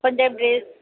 पण ते ड्रेस